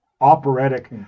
operatic